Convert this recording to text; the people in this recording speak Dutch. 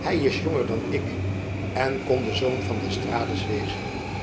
hy is jonger dan ik en kon de zoon van d'estrades wezen